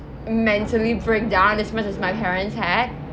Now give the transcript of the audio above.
mentally breakdown as much as my parents had